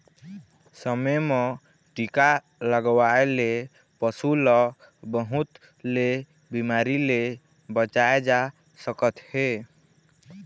समे म टीका लगवाए ले पशु ल बहुत ले बिमारी ले बचाए जा सकत हे